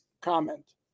comment